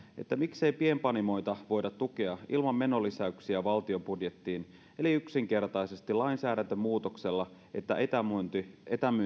miksei pienpanimoita voida tukea ilman menolisäyksiä valtion budjettiin eli yksinkertaisesti lainsäädäntömuutoksella jolla etämyynti